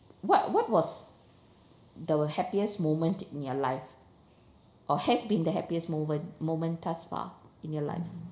what what was the happiest moment in your life or has been the happiest moment moment thus far in your life